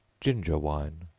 ginger wine.